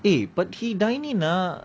eh but he dine in ah